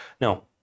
No